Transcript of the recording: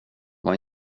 var